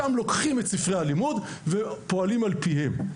שם לוקחים את ספרי הלימוד ואכן פועלים על פיהם.